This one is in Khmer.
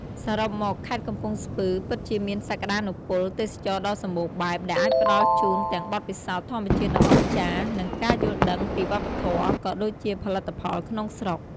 សរុបមក ខេត្តកំពង់ស្ពឺពិតជាមានសក្ដានុពលទេសចរណ៍ដ៏សម្បូរបែប ដែលអាចផ្ដល់ជូនទាំងបទពិសោធន៍ធម្មជាតិដ៏អស្ចារ្យ និងការយល់ដឹងពីវប្បធម៌ ក៏ដូចជាផលិតផលក្នុងស្រុក។